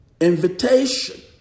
Invitation